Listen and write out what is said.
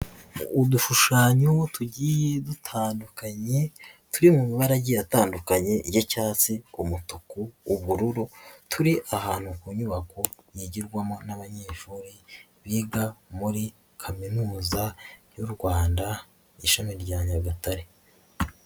Udushushanyo tugiye dutandukanye turi mu mabara agiye atandukanye y'icyatsi, umutuku, ubururu turi ahantu ku nyubako yigirwamo n'abanyeshuri biga muri kaminuza y'u Rwanda ishami rya Nyagatare.